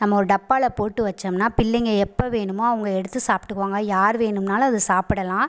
நம்ம ஒரு டப்பாவில் போட்டு வச்சோம்னா பிள்ளைங்க எப்போ வேணுமோ அவங்க எடுத்து சாப்பிட்டுக்குவாங்க யார் வேணும்னாலும் அதை சாப்பிடலாம்